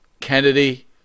Kennedy